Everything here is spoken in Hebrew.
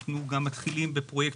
אנחנו גם מתחילים בפרויקט